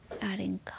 adding